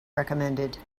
recommended